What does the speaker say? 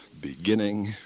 beginning